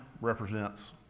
represents